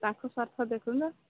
ତାଙ୍କ ସ୍ୱାର୍ଥ ଦେଖୁନ